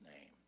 name